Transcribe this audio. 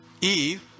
Eve